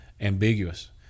ambiguous